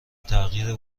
تغییر